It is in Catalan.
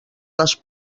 les